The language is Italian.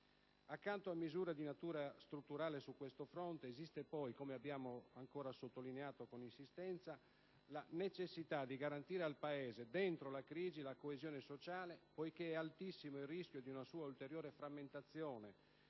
Accanto a misure di natura strutturale su questo fronte, esiste poi, come abbiamo sottolineato con insistenza, la necessità di garantire al Paese - dentro la crisi - la coesione sociale, poiché è altissimo il rischio di una sua ulteriore frammentazione,